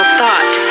thought